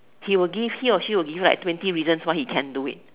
he will give he or she will give you like twenty reasons why he can do it